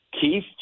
Keith